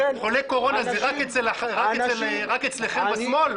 חולה קורונה הוא רק אצלכם בשמאל?